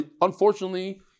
unfortunately